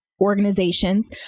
organizations